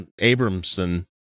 Abramson